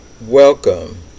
Welcome